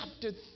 chapter